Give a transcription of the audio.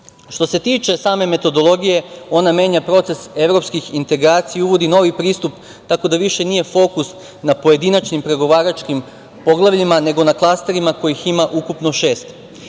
se tiče same metodologije, ona menja proces evropskih integracija, uvodi novi pristup, tako da više nije fokus na pojedinačnim pregovaračkim poglavljima, nego na klasterima kojih ima ukupno